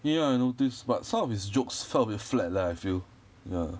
ya ya I noticed but some of his jokes fall a bit flat leh I feel ya